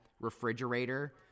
Refrigerator